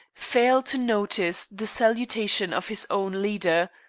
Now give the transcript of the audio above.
fail to notice the salutation of his own leader.